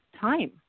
time